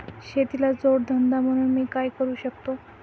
शेतीला जोड धंदा म्हणून मी काय करु शकतो?